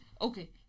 okay